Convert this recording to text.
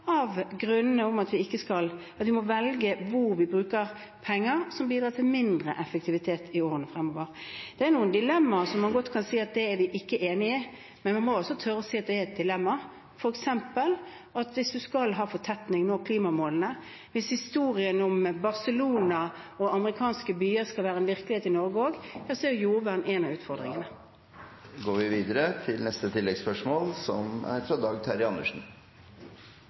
av den grunn at vi må velge hvor vi bruker penger, slik at det ikke bidrar til mindre effektivitet i årene fremover. Det er noen dilemmaer hvor vi godt kan si at vi ikke er enige. Men vi må også tore å si at det er et dilemma når man f.eks. skal ha fortetting og nå klimamålene, og hvis historien om Barcelona og amerikanske byer skal være en virkelighet i Norge også, da er jordvern en av utfordringene. Dag Terje Andersen – til oppfølgingsspørsmål. Et annet av de temaene Produktivitetskommisjonen tar opp, er